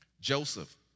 Joseph